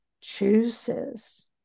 chooses